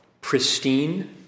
pristine